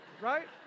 right